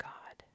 God